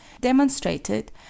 demonstrated